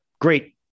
Great